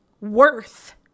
worth